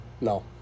No